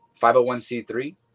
501c3